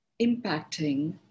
impacting